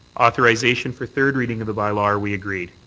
authorization for third reading of the bylaw. are we agreed?